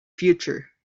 future